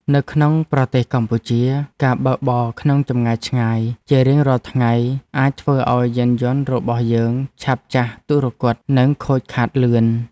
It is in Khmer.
នៅក្នុងប្រទេសកម្ពុជា ការបើកបរក្នុងចម្ងាយឆ្ងាយជារៀងរាល់ថ្ងៃអាចធ្វើឱ្យយានយន្តរបស់យើងឆាប់ចាស់ទុរគត និងខូចខាតលឿន។